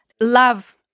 love